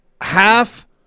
half